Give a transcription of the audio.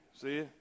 See